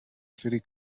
city